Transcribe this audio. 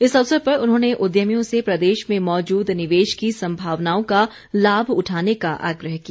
इस अवसर पर उन्होंने उद्यमियों से प्रदेश में मौजूद निवेश की संभावनाओं का लाभ उठाने का आग्रह किया